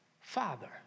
Father